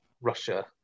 Russia